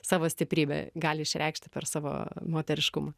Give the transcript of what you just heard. savo stiprybę gali išreikšti per savo moteriškumą